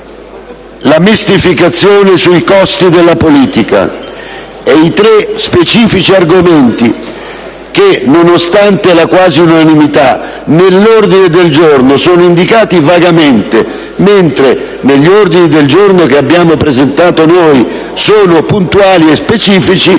la mistificazione sui costi della politica e i tre specifici argomenti che, nonostante la quasi unanimità, nell'ordine del giorno sono indicati vagamente, mentre negli ordini del giorno che abbiamo presentato noi sono puntuali e specifici,